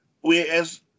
Whereas